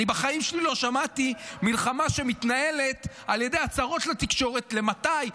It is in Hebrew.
אני בחיים שלי לא שמעתי על מלחמה שמתנהלת על ידי הצהרות לתקשורת על מתי,